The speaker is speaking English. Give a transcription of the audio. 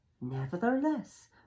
Nevertheless